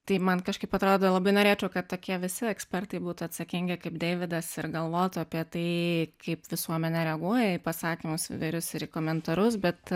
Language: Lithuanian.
tai man kažkaip atrado labai norėčiau kad tokie visi ekspertai būtų atsakingi kaip deividas ir galvotų apie tai kaip visuomenė reaguoja į pasakymus įvairius ir į komentarus bet